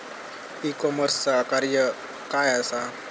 E कॉमर्सचा कार्य काय असा?